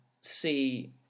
see